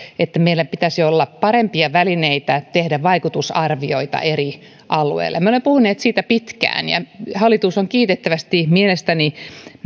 että meillä pitäisi olla parempia välineitä tehdä vaikutusarvioita eri alueille me olemme puhuneet siitä pitkään ja hallitus on kiitettävästi mielestäni